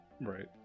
Right